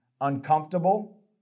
uncomfortable